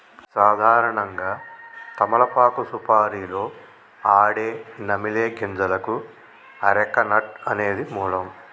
సాధారణంగా తమలపాకు సుపారీలో ఆడే నమిలే గింజలకు అరెక నట్ అనేది మూలం